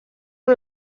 amb